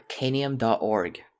Canium.org